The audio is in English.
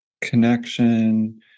connection